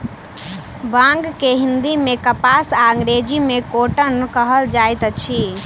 बांग के हिंदी मे कपास आ अंग्रेजी मे कौटन कहल जाइत अछि